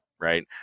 right